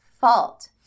fault